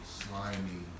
slimy